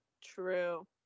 True